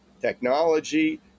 technology